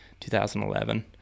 2011